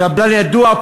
קבלן ידוע,